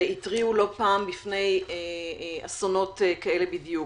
והתריעו לא פעם בפני אסונות כאלה בדיוק.